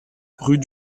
rue